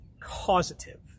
causative